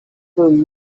对于